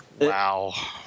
Wow